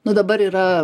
nu dabar yra